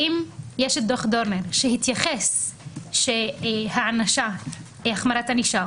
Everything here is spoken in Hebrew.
ואם יש את דוח דורנר שהתייחס לכך שהחמרת ענישה,